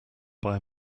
buy